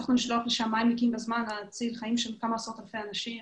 הצלחנו להציל חיים של כמה עשרות אלפי אנשים.